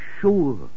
sure